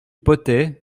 potay